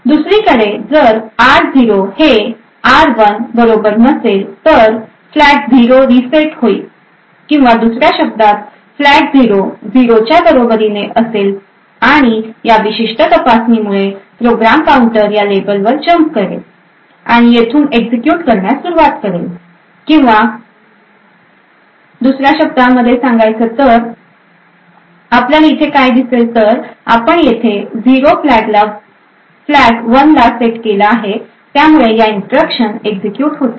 दुसरीकडे जर r0 हे r1 बरोबर नसेल तर फ्लॅग 0 रीसेट होईल किंवा दुसर्या शब्दात फ्लॅग 0 0 च्या बरोबरीने असेल आणि या विशिष्ट तपासणीमुळे प्रोग्राम काउंटर या लेबलवर जम्प करेल आणि येथून एक्झिक्युट करण्यास सुरुवात करेल किंवा दुसर्या शब्दांमध्ये सांगायचे तर आपल्याला इथे काय दिसेल तर आपण येथे 0 फ्लॅग 1 ला सेट आहे त्यामुळे ह्या इन्स्ट्रक्शन एक्झिक्युट होतील